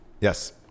Yes